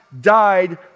died